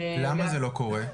למה זה לא קורה?